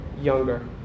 younger